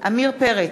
עמיר פרץ,